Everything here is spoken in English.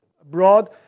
abroad